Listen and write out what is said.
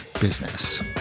business